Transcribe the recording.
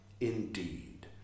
Indeed